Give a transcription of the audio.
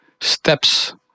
steps